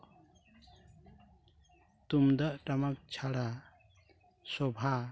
ᱛᱩᱢᱫᱟᱜ ᱴᱟᱢᱟᱠ ᱪᱷᱟᱲᱟ ᱥᱚᱵᱷᱟ